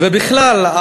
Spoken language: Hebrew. ובכלל,